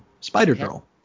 Spider-Girl